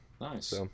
Nice